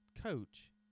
coach